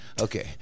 Okay